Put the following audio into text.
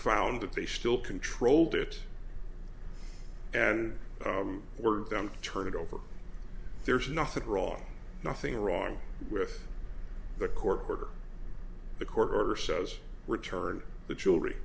found that they still controlled it and we're down to turn it over there's nothing wrong nothing wrong with the court order the court order says return the